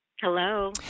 Hello